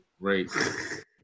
great